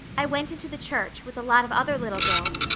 i went into the church, with a lot of other little girls,